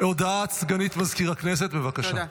הודעת סגנית מזכיר הכנסת, בבקשה.